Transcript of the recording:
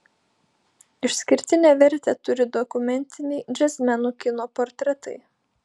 išskirtinę vertę turi dokumentiniai džiazmenų kino portretai